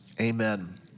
amen